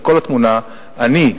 אני,